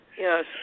Yes